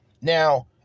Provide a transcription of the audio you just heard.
Now